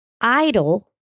Idle